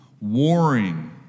Warring